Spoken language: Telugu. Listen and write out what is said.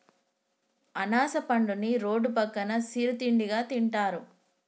అనాస పండుని రోడ్డు పక్కన సిరు తిండిగా తింటారు